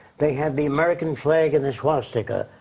they had the american flag and the swastika.